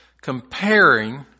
comparing